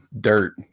dirt